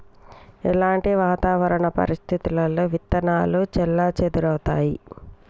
ఎలాంటి వాతావరణ పరిస్థితుల్లో విత్తనాలు చెల్లాచెదరవుతయీ?